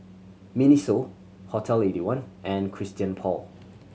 MINISO Hotel Eighty one and Christian Paul